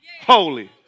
holy